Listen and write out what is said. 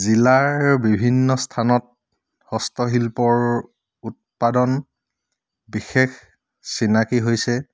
জিলাৰ বিভিন্ন স্থানত হস্তশিল্পৰ উৎপাদন বিশেষ চিনাকি হৈছে